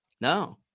No